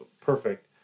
perfect